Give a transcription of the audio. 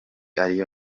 ariyo